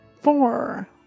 Four